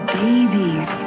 babies